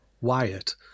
Wyatt